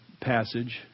passage